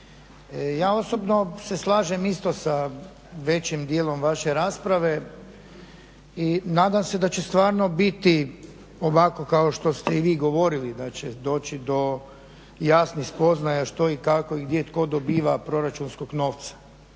Ja osobno se slažem isto sa većim dijelom vaše rasprave i nadam se da će stvarno biti ovako kao što ste i vi govorili da će doći do jasnih spoznaja što i kako i gdje tko dobiva proračunskog novca.